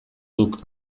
duk